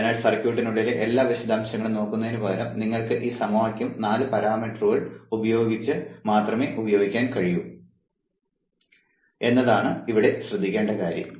അതിനാൽ സർക്യൂട്ടിനുള്ളിലെ എല്ലാ വിശദാംശങ്ങളും നോക്കുന്നതിനുപകരം നിങ്ങൾക്ക് ഈ സമവാക്യം 4 പാരാമീറ്ററുകൾ ഉപയോഗിച്ച് മാത്രമേ ഉപയോഗിക്കാൻ കഴിയൂ എന്നതാണ് ഇവിടെ ശ്രദ്ധിക്കേണ്ട കാര്യം